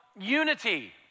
unity